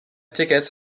ticket